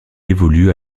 évolue